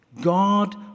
God